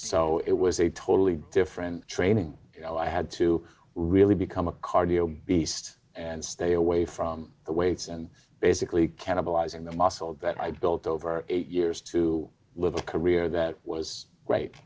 so it was a totally different training you know i had to really become a cardio beast and stay away from the weights and basically cannibalizing the muscle that i'd built over eight years to live a career that was